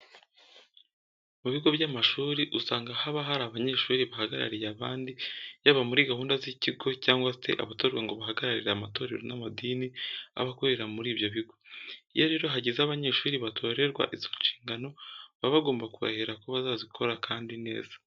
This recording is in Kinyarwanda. Mu bigo by'amashuri usanga haba hari abanyeshuri bahagarariye abandi yaba muri gahunda z'ikigo cyangwa se abatorwa ngo bahagararire amatorero n'amadini aba akorera muri ibyo bigo. Iyo rero hagize abanyeshuri batorerwa izo nshingano, baba bagomba kurahira ko bazazikora kandi neza.